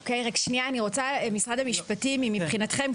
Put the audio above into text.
אני רוצה לשאול את משרד המשפטים: מבחינתכם,